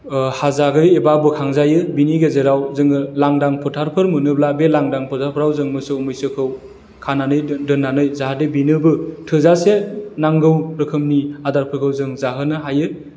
हाजायो एबा बोखांजायो बिनि गेजेराव जोङो लांदां फोथारफोर मोनोब्ला बे लांदां फोथारफोराव जों मोसौ मैसोखौ खानानै दोननानै जाहाथे बिनोबो थोजासे नांगौ रोखोमनि आदारफोरखौ जों जाहोनो हायो